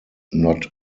not